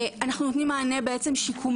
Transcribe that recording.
אנחנו בעצם נותנים מענה שיקומי.